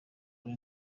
kuri